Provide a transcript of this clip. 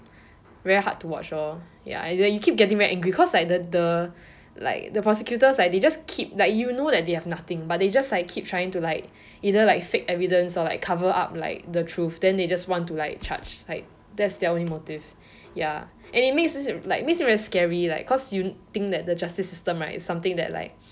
very hard to watch lor ya you keep getting very angry because like the the like the prosecutors like they just keep like you know they have nothing but they just like keep trying to like either like fake evidence or like cover up like the truth then they just want to like charge like that's their only motive ya and it makes you like makes you very scary lah cause you think that the justice system right is something that like